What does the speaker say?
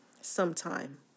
sometime